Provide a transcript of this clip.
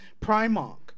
primark